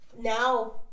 now